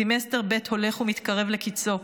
סמסטר ב' הולך ומתקרב לקיצו.